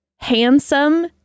handsome